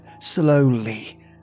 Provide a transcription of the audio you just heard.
slowly